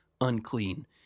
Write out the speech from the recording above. unclean